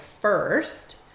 first